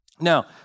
Now